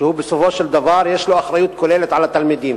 שבסופו של דבר יש לו אחריות כוללת לתלמידים,